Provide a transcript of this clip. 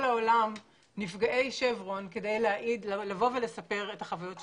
העולם שיבואו ויספרו את החוויות שלהם.